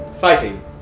fighting